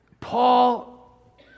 Paul